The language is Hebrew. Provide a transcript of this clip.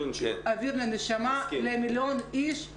אוויר לנשימה למיליון איש,